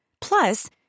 Plus